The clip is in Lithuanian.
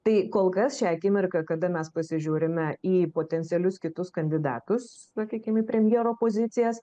tai kol kas šią akimirką kada mes pasižiūrime į potencialius kitus kandidatus sakykim į premjero pozicijas